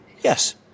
Yes